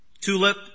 TULIP